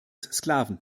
sklaven